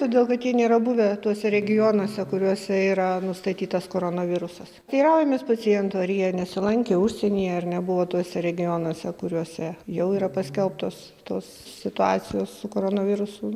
todėl kad jie nėra buvę tuose regionuose kuriuose yra nustatytas koronavirusas teiraujamės paciento ar jie nesilankė užsienyje ar nebuvo tuose regionuose kuriuose jau yra paskelbtos tos situacijos su koronavirusu